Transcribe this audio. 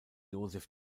joseph